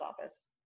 office